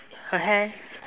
her hair